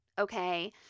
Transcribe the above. okay